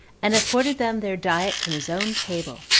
and afforded them their diet from his own table,